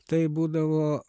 tai būdavo